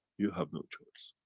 you have no choice.